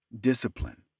Discipline